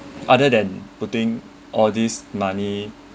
other than putting all this money